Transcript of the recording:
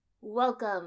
Welcome